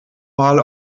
mal